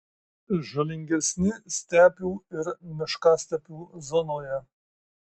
žalingesni stepių ir miškastepių zonoje